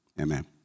Amen